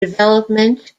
development